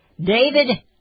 David